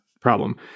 problem